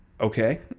okay